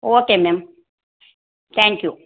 okay ma'am thank you